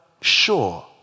sure